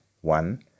one